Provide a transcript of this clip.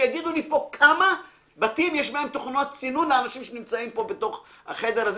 שיגידו לי פה כמה בתים מהאנשים שנמצאים פה בחדר הזה,